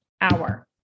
hour